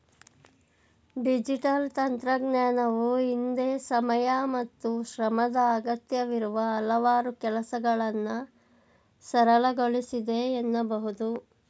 digital ತಂತ್ರಜ್ಞಾನವು ಹಿಂದೆ ಸಮಯ ಮತ್ತು ಶ್ರಮದ ಅಗತ್ಯವಿರುವ ಹಲವಾರು ಕೆಲಸಗಳನ್ನ ಸರಳಗೊಳಿಸಿದೆ ಎನ್ನಬಹುದು